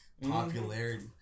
popularity